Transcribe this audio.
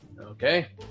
Okay